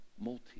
multi